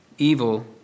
Evil